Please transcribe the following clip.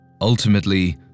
Ultimately